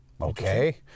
okay